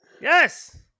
Yes